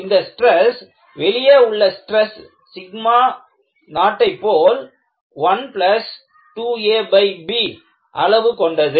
இந்த ஸ்ட்ரெஸ் வெளியே உள்ள ஸ்ட்ரெஸ் 0போல் 12ab அளவு கொண்டது